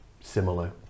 similar